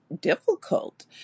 difficult